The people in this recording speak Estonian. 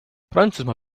prantsusmaa